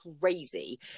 crazy